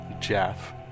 Jeff